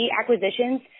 acquisitions